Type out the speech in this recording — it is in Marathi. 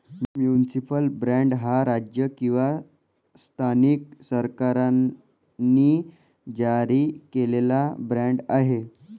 म्युनिसिपल बाँड हा राज्य किंवा स्थानिक सरकारांनी जारी केलेला बाँड आहे